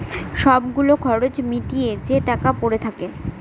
সব গুলো খরচ মিটিয়ে যে টাকা পরে থাকে